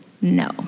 No